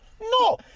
No